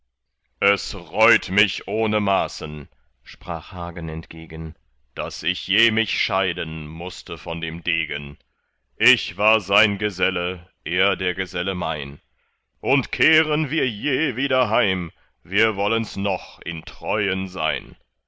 es reut mich ohne maßen sprach hagen entgegen daß ich je mich scheiden mußte von dem degen ich war sein geselle er der geselle mein und kehren wir je wieder heim wir wollen's noch in treuen sein